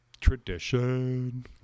Tradition